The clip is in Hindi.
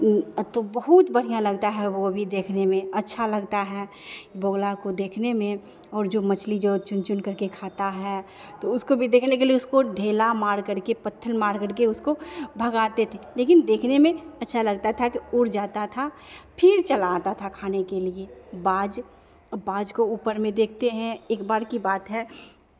तो बहुत बढ़ियाँ लगता है वो भी देखने में अच्छा लगता है बगुला को देखने में और जो मछली जो चुन चुन कर के खाता है तो उसको भी देखने के लिये उसको ढेला मार करके पत्थर मार करके उसको भगाते थे लेकिन देखने में अच्छा लगता था कि उड़ जाता था फिर चला आता था खाने के लिये बाज बाज को ऊपर में देखते हैं एक बार की बात है